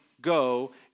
go